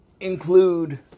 include